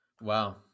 Wow